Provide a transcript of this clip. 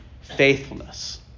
faithfulness